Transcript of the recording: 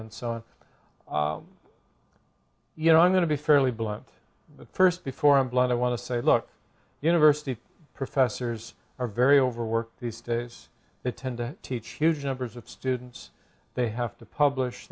and so on you know i'm going to be fairly blunt first before i'm blunt i want to say look the university professors are very overworked these days they tend to teach huge numbers of students they have to publish